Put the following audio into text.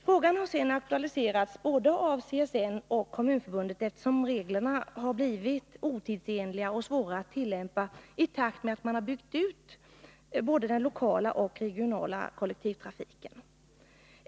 Frågan har sedan aktualiserats av både CSN och Kommunförbundet, eftersom reglerna om resetillägg blivit otidsenliga och svåra att tillämpa i takt med att den lokala och regionala kollektivtrafiken byggts ut.